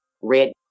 red